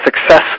success